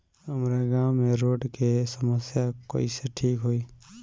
हमारा गाँव मे रोड के समस्या कइसे ठीक होई?